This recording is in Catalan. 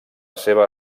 seva